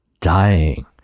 dying